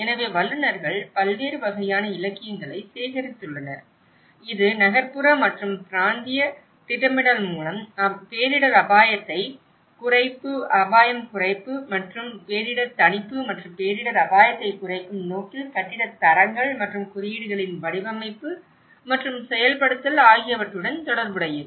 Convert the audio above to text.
எனவே வல்லுநர்கள் பல்வேறு வகையான இலக்கியங்களை சேகரித்துள்ளனர் இது நகர்ப்புற மற்றும் பிராந்திய திட்டமிடல் மூலம் பேரிடர் அபாயக் குறைப்பு மற்றும் பேரிடர் தணிப்பு மற்றும் பேரிடர் அபாயத்தைக் குறைக்கும் நோக்கில் கட்டிடத் தரங்கள் மற்றும் குறியீடுகளின் வடிவமைப்பு மற்றும் செயல்படுத்தல் ஆகியவற்றுடன் தொடர்புடையது